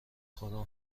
خودم